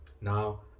now